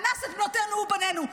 אנס את בנותינו ובנינו,